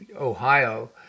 Ohio